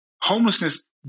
homelessness